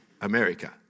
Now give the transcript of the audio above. America